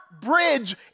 bridge